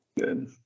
Good